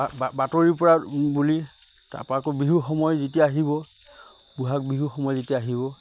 বাতৰিৰ পৰা বুলি তাৰ পৰা আকৌ বিহুৰ সময় যেতিয়া আহিব বহাগ বিহুৰ সময় যেতিয়া আহিব